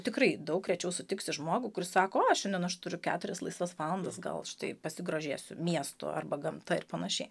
tikrai daug rečiau sutiksi žmogų kuris sako aš šiandien aš turiu keturias laisvas valandas gal štai pasigrožėsiu miestu arba gamta ir panašiai